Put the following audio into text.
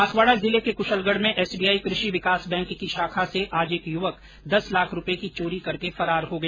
बांसवाडा जिले कुशलगढ में एसबीआई कृषि विकास बैंक की शाखा से आज एक युवक दस लाख रूपये की चोरी करके फरार हो गया